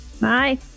Bye